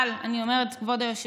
אבל, אני אומרת, כבוד היושב-ראש,